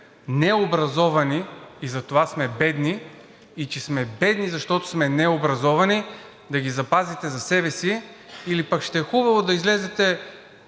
необразовани и затова сме бедни и че сме бедни, защото сме необразовани, да ги запазите за себе си или пък ще е хубаво да излезете